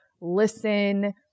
listen